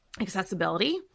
accessibility